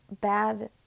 bad